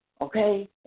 Okay